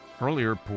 earlier